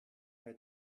bei